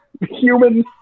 human